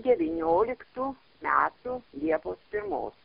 devynioliktų metų liepos pirmos